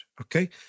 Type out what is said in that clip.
okay